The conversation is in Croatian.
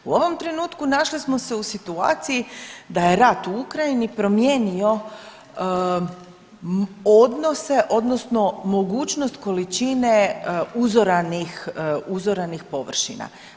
U ovom trenutku našli smo se u situaciji da je rat u Ukrajini promijenio odnose odnosno mogućnost količine uzoranih, uzoranih površina.